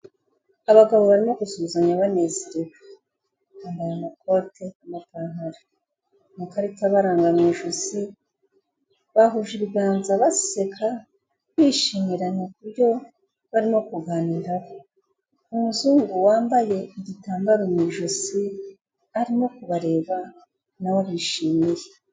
Abagabo barimo gusuhuzanya banezerewe, bambaye amakote, amapantaro, amakarita abaranga mu ijosi, bahuje ibiganza baseka, bishimirana ku byo barimo kuganiraho, umuzungu wambaye igitambaro mu ijosi, arimo kubareba, nawe abishimiye.